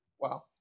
Wow